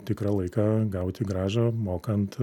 tikrą laiką gauti grąžą mokant